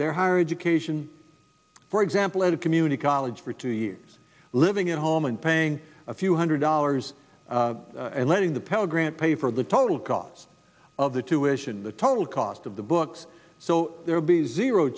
their higher education for example at a community college for two years living at home and paying a few hundred dollars and letting the pell grant pay for the total costs of the tuitions the total cost of the books so there will be zero